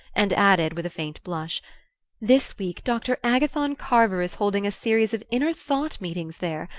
and added with a faint blush this week dr. agathon carver is holding a series of inner thought meetings there.